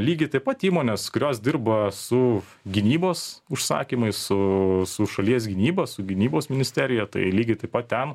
lygiai taip pat įmonės kurios dirba su gynybos užsakymais su su šalies gynyba su gynybos ministerija tai lygiai taip pat ten